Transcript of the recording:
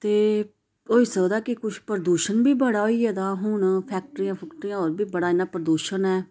ते होई सकदा किश प्रदूषण बी बड़ा होई गेदा हुन फैक्ट्रियां फुक्ट्रियां होर बी बड़ा इ'यां प्रदूषण ऐ